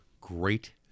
great